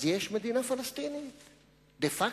אז יש מדינה פלסטינית דה-פקטו,